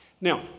Now